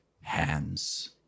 hands